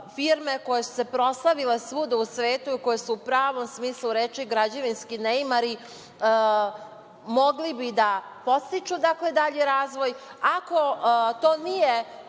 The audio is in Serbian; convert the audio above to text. firme koje su se proslavile svuda u svetu i koje su u pravom smislu reči građevinski neimari, mogla da podstiče, dakle, dalji razvoj? Ako to nije